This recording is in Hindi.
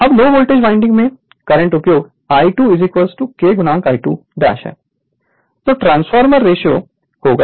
अब लो वोल्टेज वाइंडिंग में करंट उपयोग I2 K I2 ' डैश का ट्रांसफॉरमेशन रेशों होगा